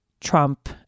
Trump